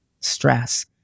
stress